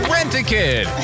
Rent-A-Kid